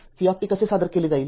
v कसे सादर केले जाईल